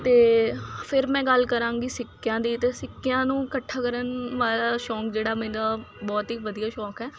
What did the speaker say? ਅਤੇ ਫਿਰ ਮੈਂ ਗੱਲ ਕਰਾਂਗੀ ਸਿੱਕਿਆਂ ਦੀ ਅਤੇ ਸਿੱਕਿਆਂ ਨੂੰ ਇਕੱਠਾ ਕਰਨ ਵਾਲਾ ਸ਼ੌਂਕ ਜਿਹੜਾ ਮੇਰਾ ਬਹੁਤ ਹੀ ਵਧੀਆ ਸ਼ੌਂਕ ਹੈ